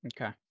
Okay